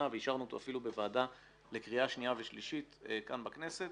ואישרנו אותו אפילו בוועדה לקריאה שנייה ושלישית כאן בכנסת,